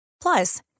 Plus